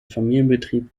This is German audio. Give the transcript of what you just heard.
familienbetrieb